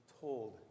told